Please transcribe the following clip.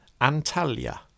Antalya